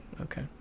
Okay